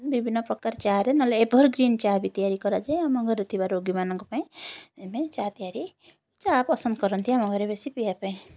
ବିଭିନ୍ନ ପ୍ରକାର ଚାରେ ନହେଲେ ଏଭରଗ୍ରୀନ ଚା ବି ତିଆରି କରାଯାଏ ଆମ ଘରେ ଥିବା ରୋଗୀମାନଙ୍କ ପାଇଁ ଚା ତିଆରି ଚା ପସନ୍ଦ କରନ୍ତି ଆମ ଘରେ ବେଶୀ ପିଇବା ପାଇଁ